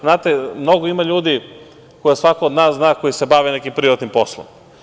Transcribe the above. Znate, mnogo ima ljudi koje svako od nas zna koji se bave nekim privatnim poslom.